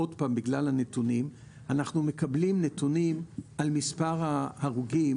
אנחנו מקבלים נתונים על מספר ההרוגים,